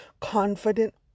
confident